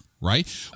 right